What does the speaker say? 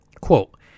quote